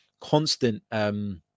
constant